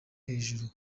hejuru